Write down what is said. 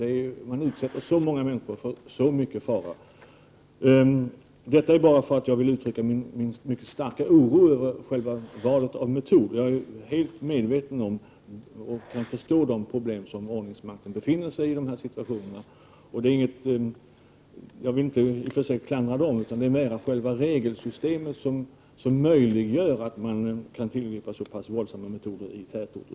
Med biljakter utsätter man många människor för fara. Jag ville alltså i denna debatt uttrycka min starka oro för valet av metod. Jag är helt medveten om de problem som ordningsmakten har vid dessa tillfällen, och jag vill inte klandra den. Det är snarare själva regelsystemet som möjliggör att ordningsmakten kan tillgripa så pass våldsamma metoder i tätorter.